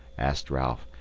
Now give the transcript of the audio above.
asked ralph.